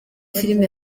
filime